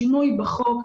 שינוי בחוק,